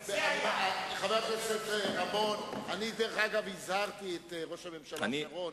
חבר הכנסת רמון, אני הזהרתי את ראש הממשלה שרון